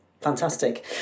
Fantastic